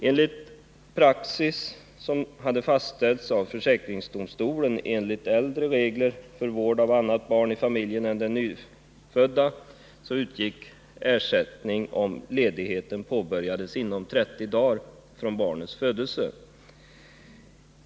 Enligt praxis, som fastställts av försäkringsdomstolen enligt äldre regler för vård av annat barni familjen än det nyfödda, utgår ersättning om ledigheten påbörjas inom 30 dagar från barnets födelse.